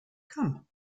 come